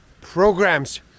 programs